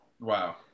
wow